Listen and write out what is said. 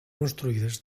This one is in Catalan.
construïdes